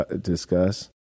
discuss